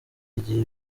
igihe